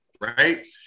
right